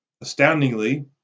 astoundingly